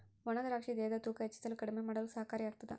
ಒಣ ದ್ರಾಕ್ಷಿ ದೇಹದ ತೂಕ ಹೆಚ್ಚಿಸಲು ಕಡಿಮೆ ಮಾಡಲು ಸಹಕಾರಿ ಆಗ್ತಾದ